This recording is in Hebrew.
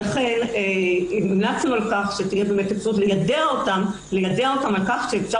לכן המלצנו על כך שתהיה אפשרות ליידע אותם על כך שאפשר